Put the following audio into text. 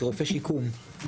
כרופא שיקום.